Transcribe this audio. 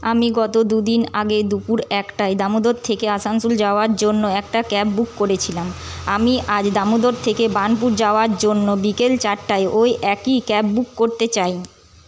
আমি গত দুদিন আগে দুপুর একটায় দামোদর থেকে আসানসোল যাওয়ার জন্য একটা ক্যাব বুক করেছিলাম আমি আজ দামোদর থেকে বার্নপুর যাওয়ার জন্য বিকেল চারটায় ওই একই ক্যাব বুক করতে চাই